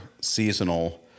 seasonal